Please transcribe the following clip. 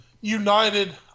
United